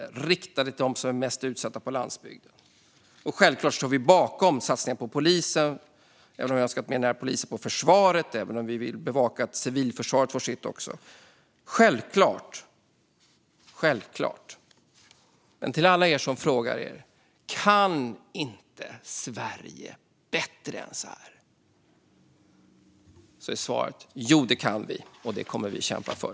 Vi kommer att rikta förslag till dem som är mest utsatta på landsbygden. Självklart står vi bakom satsningarna på polisen och försvaret. Vi vill också bevaka att civilförsvaret får sitt. Till alla er som frågar er om Sverige inte kan bättre än så här är svaret: Jo, det kan vi, och det kommer vi att kämpa för.